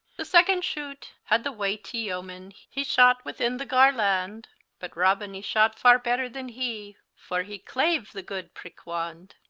the second shoote had the wightye yeoman, he shote within the garlande but robin he shott far better than hee, for he clave the good pricke-wande.